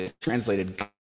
translated